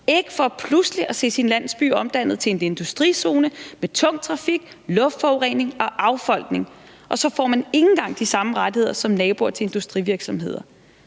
ikke for pludselig at se sin landsby omdannet til en industrizone med tung trafik, luftforurening og affolkning, og så får man ikke engang de samme rettigheder som naboer til industrivirksomheder,